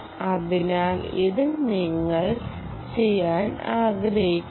അതിനാൽ ഇത് നിങ്ങൾ ചെയ്യാൻ ആഗ്രഹിക്കുന്നു